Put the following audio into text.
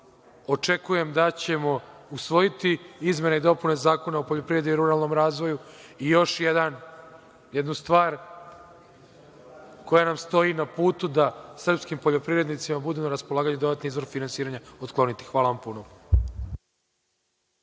očekujem da ćemo usvojiti izmene i dopune Zakona o poljoprivredi i ruralnom razvoju i još jednu stvar, koja nam stoji na putu, da srpskim poljoprivrednicima bude na raspolaganju dodatni izvor finansiranja, otkloniti. Hvala vam